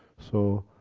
so,